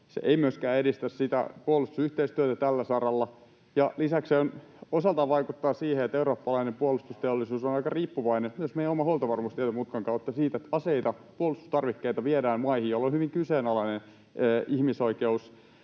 se ei myöskään edistä puolustusyhteistyötä tällä saralla. Lisäksi se osaltaan vaikuttaa siihen, että eurooppalainen puolustusteollisuus on aika riippuvainen — myös meidän oma huoltovarmuus mutkan kautta — siitä, että aseita, puolustustarvikkeita, viedään maihin, joilla on hyvin kyseenalainen ihmisoikeus